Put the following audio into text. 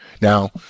Now